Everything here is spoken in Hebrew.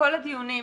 בכל הדיונים,